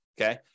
okay